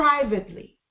privately